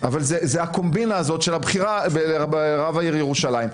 אבל זה הקומבינה הזאת של הבחירה ברב העיר ירושלים.